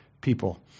people